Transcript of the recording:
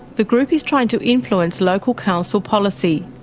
the group is trying to influence local council policy.